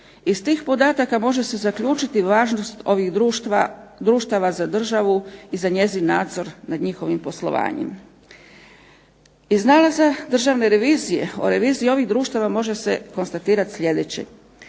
Iz tih podataka može se zaključiti važnost ovih društava za državu i za njezin nadzor nad njihovim poslovanjem. Iz nalaza državne revizije o reviziji ovih društava može se konstatirati sljedeće.